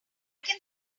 can